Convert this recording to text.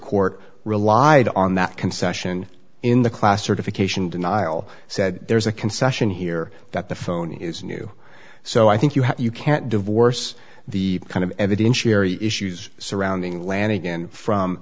court relied on that concession in the class certification denial said there's a concession here that the phone is new so i think you have you can't divorce the kind of evidentiary issues surrounding lanigan from